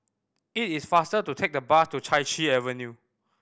it is faster to take the bus to Chai Chee Avenue